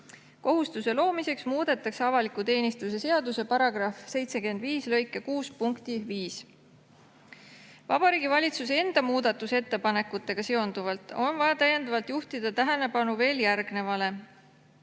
Kohustuse loomiseks muudetakse avaliku teenistuse seaduse § 75 lõike 6 punkti 5. Vabariigi Valitsuse enda muudatusettepanekutega seonduvalt on vaja täiendavalt juhtida tähelepanu veel järgnevale.